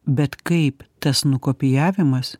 bet kaip tas nukopijavimas